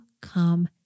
come